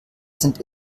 sind